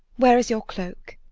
where is your cloak?